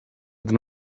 ydyn